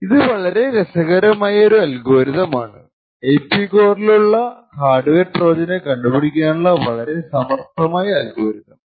ഇത് വളരെ രസകരമായൊരു അൽഗോരിതം ആണ്ഐപി കോറിലുള്ള ഹാർഡ്വെയർ ട്രോജനെ കണ്ടുപിടിക്കാനുള്ള വളരെ സമർത്ഥമായ അൽഗോരിതം